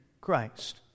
Christ